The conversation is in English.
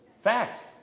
fact